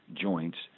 joints